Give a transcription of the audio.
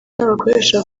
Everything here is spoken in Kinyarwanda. n’abakoresha